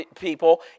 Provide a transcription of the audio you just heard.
people